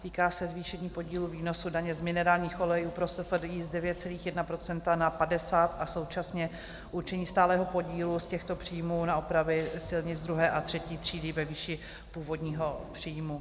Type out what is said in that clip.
Týká se zvýšení podílu výnosu daně z minerálních olejů pro SFDI z 9,1 % na 50 a současně určení stálého podílu z těchto příjmů na opravy silnic druhé a třetí třídy ve výši původního příjmu.